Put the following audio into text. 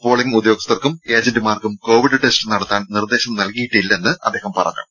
polling ഉദ്യോഗസ്ഥർക്കും ഏജന്റുമാർക്കും covid test നടത്താൻ നിർദ്ദേശം നൽകിയിട്ടില്ലെന്ന് അദ്ദേഹം പറഞ്ഞു